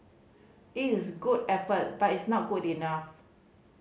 it is good effort but it's not good enough